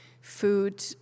food